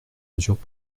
mesures